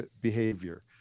behavior